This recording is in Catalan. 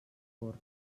forn